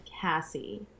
Cassie